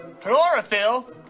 Chlorophyll